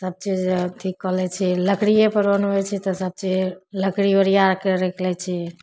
सबचीज अथी कऽ लै छिए लकड़िएपर बनबै छी तऽ सबचीज लकड़ी ओरिआकऽ रखि लै छी